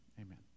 amen